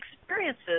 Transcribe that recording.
experiences